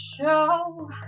show